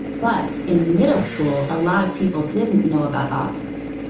but in middle school a lot of people didn't know about august.